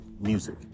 music